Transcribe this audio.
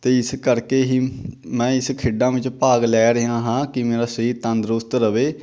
ਅਤੇ ਇਸ ਕਰਕੇ ਹੀ ਮੈਂ ਇਸ ਖੇਡਾਂ ਵਿੱਚ ਭਾਗ ਲੈ ਰਿਹਾ ਹਾਂ ਕਿ ਮੇਰਾ ਸਰੀਰ ਤੰਦਰੁਸਤ ਰਹੇ